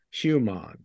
human